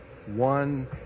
One